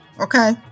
okay